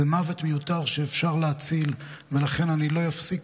זה מוות מיותר שאפשר להציל, לכן אני לא אפסיק